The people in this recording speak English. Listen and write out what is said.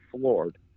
floored